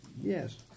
Yes